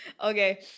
Okay